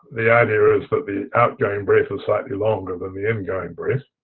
the idea is that the outgoing breath is slightly longer that the ingoing breath.